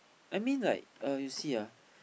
I mean like uh you see ah